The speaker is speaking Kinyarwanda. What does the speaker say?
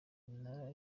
iminara